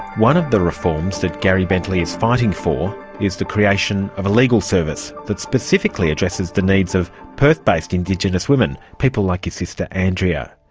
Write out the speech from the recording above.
one of the reforms that gary bentley is fighting for is the creation of a legal service that specifically addresses the needs of perth-based indigenous women, people like his sister andrea.